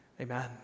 Amen